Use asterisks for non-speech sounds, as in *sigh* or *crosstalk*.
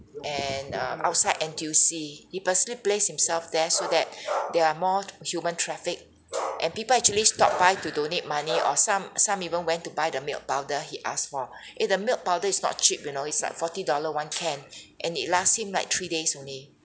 and um outside N_T_U_C he purposely placed himself there so that *breath* there are more human traffic and people actually stop by to donate money or some some even went to buy the milk powder he asked for *breath* eh the milk powder is not cheap you know it's like forty dollar one can *breath* and it last him like three days only